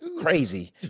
Crazy